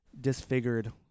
disfigured